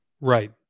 Right